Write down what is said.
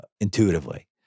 intuitively